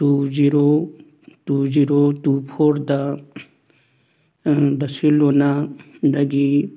two zero two zero two ꯐꯣꯔꯗ ꯕꯔꯁꯦꯂꯣꯅꯥꯗꯒꯤ